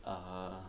err